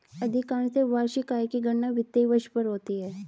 अधिकांशत वार्षिक आय की गणना वित्तीय वर्ष पर होती है